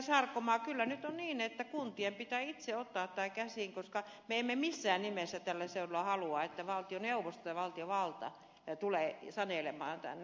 sarkomaa kyllä nyt on niin että kuntien pitää itse ottaa tämä käsiin koska me emme missään nimessä tällä seudulla halua että valtioneuvosto tai valtiovalta tulee sanelemaan tänne